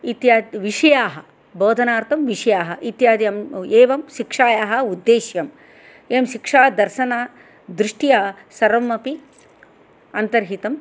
इत्यादि विषयाः बोधनार्थ विषयाः इत्यादि एवं शिक्षायाः उद्देश्यं एवं शिक्षा दर्सनदृष्ट्या सर्वमपि अन्तर्हितं